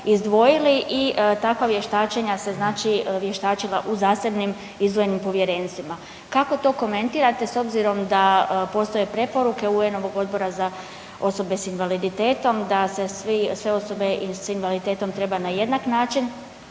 invalida i takva vještačenja se znači vještačila u zasebnim izdvojenim povjerenstvima. Kako to komentirate s obzirom da postoje preporuke UN-ovog odbora za osobe s invaliditetom da se svi, sve osobe s invaliditetom treba na jednak način